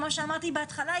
כמו שאמרתי בהתחלה,